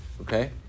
okay